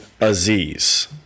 Aziz